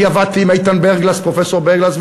אני עבדתי עם פרופסור איתן ברגלס,